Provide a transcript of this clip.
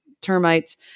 termites